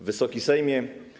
Wysoki Sejmie!